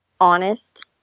honest